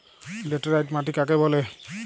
Laterite মাটি কাকে বলে?